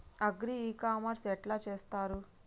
Agri e commerce ఎట్ల చేస్తరు?